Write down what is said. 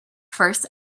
first